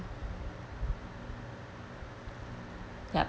yup